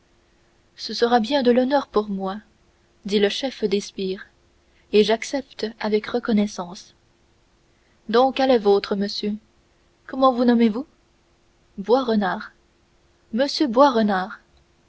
ce sera bien de l'honneur pour moi dit le chef des sbires et j'accepte avec reconnaissance donc à la vôtre monsieur comment vous nommez-vous boisrenard monsieur